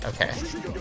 Okay